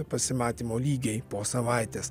pasimatymo lygiai po savaitės